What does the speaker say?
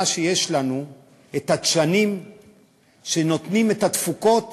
שיש לנו את הדשנים שנותנים את התפוקות